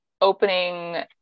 opening